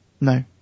No